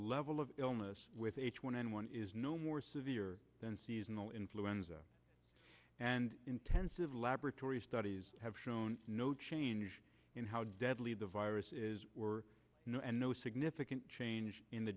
level of illness with h one n one is no more severe than seasonal influenza and intensive laboratory studies have shown no change in how deadly the virus is or no and no significant change in the